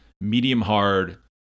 medium-hard